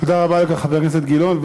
תודה לחבר הכנסת גילאון.